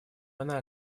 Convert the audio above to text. она